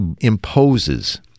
imposes